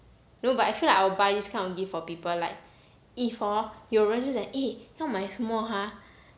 no but I feel like I will buy this kind of gifts for people like if hor 有人就讲 eh 要买什么 !huh!